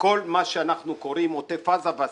בכל מה שאנחנו קוראים עוטף עזה והסביבה.